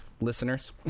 listeners